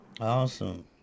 Awesome